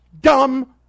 dumb